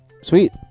Sweet